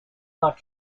not